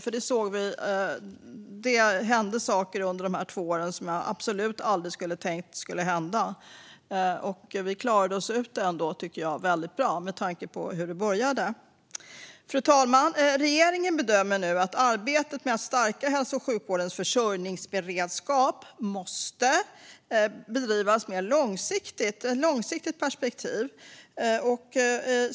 Vi såg ju att det hände saker under de här två åren som jag absolut aldrig hade tänkt skulle kunna hända. Vi klarade oss ändå ur det hela väldigt bra, tycker jag, med tanke på hur det började. Fru talman! Regeringen bedömer nu att arbetet med att stärka hälso och sjukvårdens försörjningsberedskap måste bedrivas med ett långsiktigt perspektiv.